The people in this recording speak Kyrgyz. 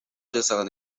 жасаган